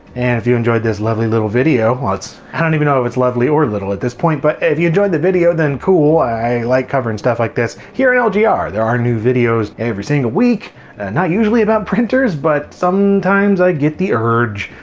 and if you enjoyed this lovely little video lots, i don't even know if it's lovely or little at this point but if you enjoyed the video then cool, i like covering stuff like this. here and on yeah lgr, there are new videos every single week not usually about printers but sometimes i get the urge.